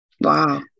wow